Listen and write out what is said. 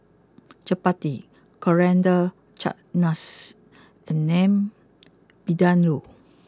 Chapati Coriander Chutney and Lamb Vindaloo